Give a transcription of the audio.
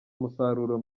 umusaruro